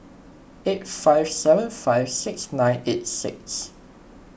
eight five seven five six nine eight six